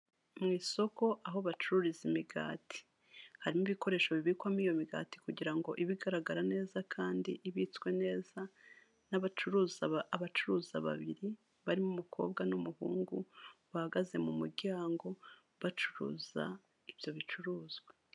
Umuhanda w'umukara aho uganisha ku bitaro byitwa Sehashiyibe, biri mu karere ka Huye, aho hahagaze umuntu uhagarika imodoka kugirango babanze basuzume icyo uje uhakora, hakaba hari imodoka nyinshi ziparitse.